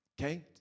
Okay